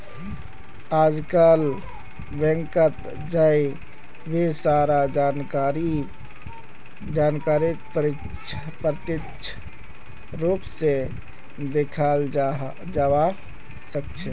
आजकल बैंकत जय भी सारा जानकारीक प्रत्यक्ष रूप से दखाल जवा सक्छे